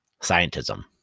scientism